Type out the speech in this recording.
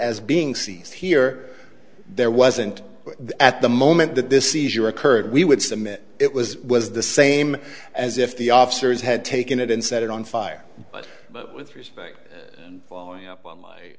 as being seized here there wasn't at the moment that this seizure occurred we would submit it was was the same as if the officers had taken it and set it on fire but but with respect following up on my